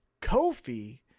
Kofi